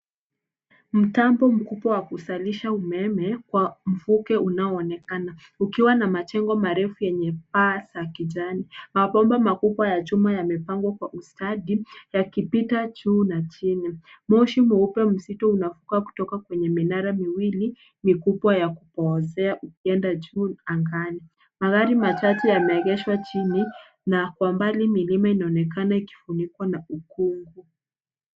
Mtambo mkubwa wa kuzalisha umeme kwa mvuke unaoonekana ukiwa na majengo marefu yenye paa za kijani. Mabomba makubwa ya chuma yamepangwa kwa ustadi yakipita juu na chini. Moshi mweupe mzito unatoka kutoka kwenye minara miwili mikubwa ya kupooshea ukienda juu angani. Magari machache yameegeshwa chini na kwa mbali milima inaonekana ikifunikwa na ukungu.